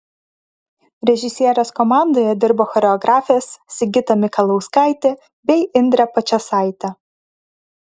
režisierės komandoje dirbo choreografės sigita mikalauskaitė bei indrė pačėsaitė